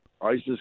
ISIS